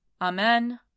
Amen